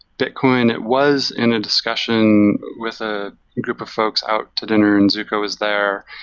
bitcoin, it was in a discussion with a group of folks out to dinner and zooko was there,